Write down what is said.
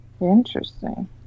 Interesting